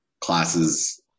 classes